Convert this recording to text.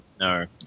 no